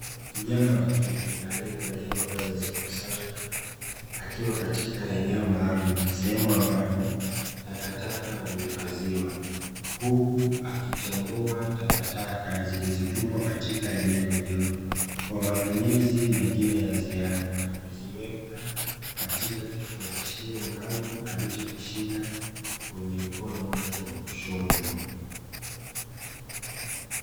Kijana wa kike aliye valia mavazi nadhifu sana, akiwa katika eneo maalumu sehemu, ambapo takataka huhifadhiwa, huku akichambua takataka zilizo tupwa katika eneo hiloo kwa matumizi mengine ya ziada na kuziweka katika kifungashio maalumu, alicho kishika kwenye mkono wake wa kushoto.